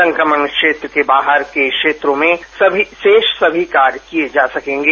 संक्रमण क्षेत्र के बाहर के क्षेत्रों में सभी शेष सभी कार्य किए जा सकेंगे